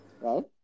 right